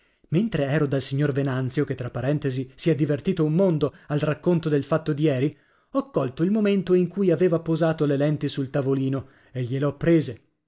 mentre ero dal signor venanzio che tra parentesi si è divertito un mondo al racconto del fatto d'ieri ho colto il momento in cui aveva posato le lenti sul tavolino e gliele ho prese